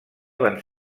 van